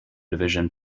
division